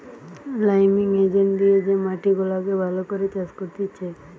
liming agent দিয়ে যে মাটি গুলাকে ভালো করে চাষ করতিছে